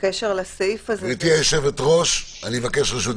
הנקודות שעלו ביחס לסעיף בתקנה 6 זה גם הצורך